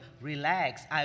relax